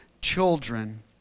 children